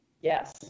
Yes